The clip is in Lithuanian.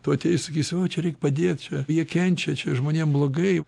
tuoj ateis sakys o čia reik padėt čia jie kenčia čia žmonėm blogai